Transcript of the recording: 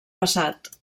passat